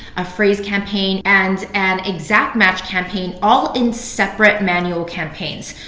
a phrase campaign, and an exact match campaign, all in separate manual campaigns.